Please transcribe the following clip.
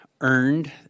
earned